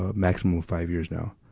ah maximum of five years now,